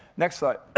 next slide,